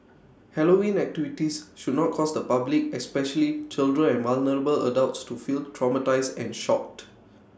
Halloween activities should not cause the public especially children and vulnerable adults to feel traumatised and shocked